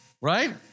Right